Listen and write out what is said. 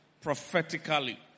prophetically